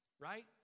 right